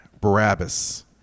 Barabbas